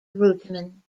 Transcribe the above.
reutemann